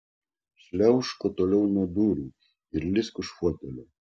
šliaužk kuo toliau nuo durų ir lįsk už fotelio